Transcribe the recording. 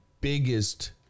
biggest